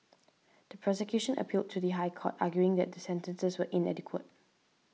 the prosecution appealed to the High Court arguing that the sentences were inadequate